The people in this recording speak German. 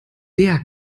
der